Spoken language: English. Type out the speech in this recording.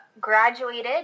graduated